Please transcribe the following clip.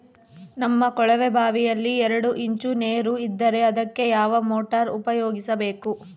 ನಮ್ಮ ಕೊಳವೆಬಾವಿಯಲ್ಲಿ ಎರಡು ಇಂಚು ನೇರು ಇದ್ದರೆ ಅದಕ್ಕೆ ಯಾವ ಮೋಟಾರ್ ಉಪಯೋಗಿಸಬೇಕು?